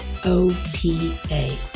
OPA